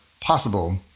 possible